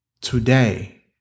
Today